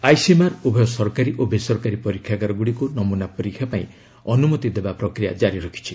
ICMR ଉଭୟ ସରକାରୀ ଓ ବେସରକାରୀ ପରୀକ୍ଷାଗାରଗ୍ରଡ଼ିକ୍ ନମୁନା ପରୀକ୍ଷା ପାଇଁ ଅନୁମତି ଦେବା ପ୍ରକ୍ରିୟା ଜାରି ରଖିଛି